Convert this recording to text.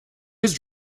his